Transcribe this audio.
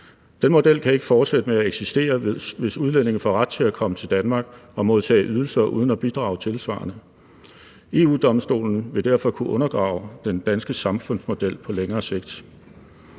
Den model kan ikke fortsætte med at eksistere, hvis udlændinge får ret til at komme til Danmark og modtage ydelser uden at bidrage tilsvarende. EU-Domstolen vil derfor kunne undergrave den danske samfundsmodel på længere sigt.